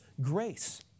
grace